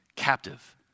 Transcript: captive